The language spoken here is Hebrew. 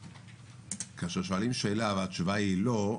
כאשר שואלים שאלה והתשובה היא לא.